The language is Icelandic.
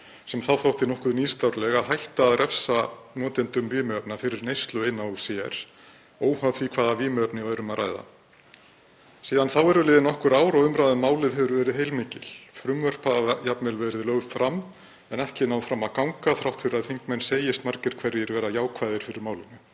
sem þá þótti nokkuð nýstárleg, að hætta að refsa notendum vímuefna fyrir neyslu eina og sér, óháð því hvaða vímuefni væri um að ræða. Síðan þá eru liðin nokkur ár og umræðan um málið hefur verið heilmikil. Frumvörp hafa jafnvel verið lögð fram en ekki náð fram að ganga þrátt fyrir að þingmenn segist margir hverjir vera jákvæðir fyrir málinu.